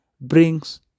brings